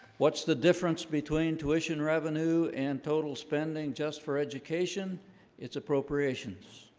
what's the difference between tuition revenue and total spending just for education its appropriations?